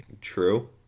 True